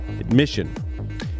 admission